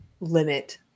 limit